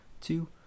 two